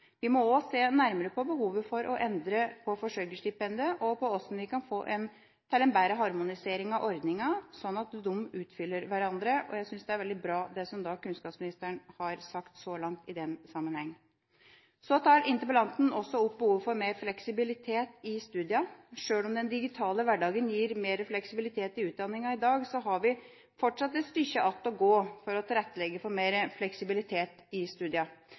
Vi må også se nærmere på behovet for å endre på forsørgerstipendet, og på hvordan vi kan få til en bedre harmonisering av ordningene slik at de utfyller hverandre. Jeg synes det kunnskapsministeren har sagt i den sammenheng så langt, er veldig bra. Så tar interpellanten også opp behovet for mer fleksibilitet i studiene. Sjøl om den digitale hverdagen gir mer fleksibilitet i utdanningen i dag, har vi fortsatt et stykke igjen å gå for å tilrettelegge for mer fleksibilitet i